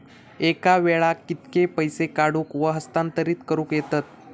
एका वेळाक कित्के पैसे काढूक व हस्तांतरित करूक येतत?